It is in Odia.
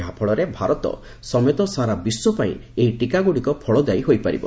ଯାହାଫଳରେ ଭାରତ ସମେତ ସାରା ବିଶ୍ୱପାଇଁ ଏହି ଟୀକାଗୁଡ଼ିକ ଫଳଦାୟୀ ହୋଇପାରିବ